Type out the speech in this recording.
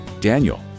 daniel